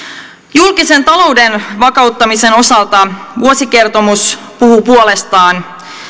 julkisen talouden vakauttamisen osalta vuosikertomus puhuu puolestaan